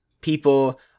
people